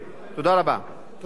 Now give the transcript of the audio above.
אחר כך תוכל להרחיב.